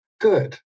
Good